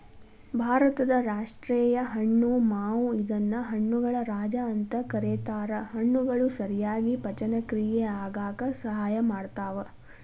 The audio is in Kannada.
ಭಾರತದ ರಾಷ್ಟೇಯ ಹಣ್ಣು ಮಾವು ಇದನ್ನ ಹಣ್ಣುಗಳ ರಾಜ ಅಂತ ಕರೇತಾರ, ಹಣ್ಣುಗಳು ಸರಿಯಾಗಿ ಪಚನಕ್ರಿಯೆ ಆಗಾಕ ಸಹಾಯ ಮಾಡ್ತಾವ